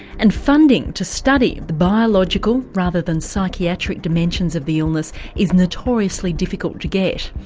and funding to study the biological rather than psychiatric dimensions of the illness is notoriously difficult to get.